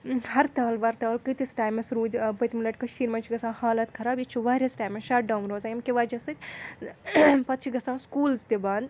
ہَرتال وَرتال کٲتِس ٹایمَس روٗدۍ پٔتۍمہِ لَٹہِ کٔشیٖر منٛز چھِ گژھان حالَت خراب ییٚتہِ چھُ واریاہَس ٹایمَس شَٹ ڈاوُن روزان ییٚمۍ کہِ وَجہ سۭتۍ پَتہٕ چھِ گژھان سٕکوٗلٕز تہِ بنٛد